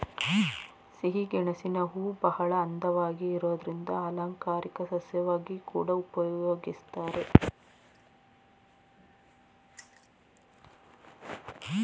ಸಿಹಿಗೆಣಸಿನ ಹೂವುಬಹಳ ಅಂದವಾಗಿ ಇರೋದ್ರಿಂದ ಅಲಂಕಾರಿಕ ಸಸ್ಯವಾಗಿ ಕೂಡಾ ಉಪಯೋಗಿಸ್ತಾರೆ